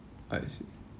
I see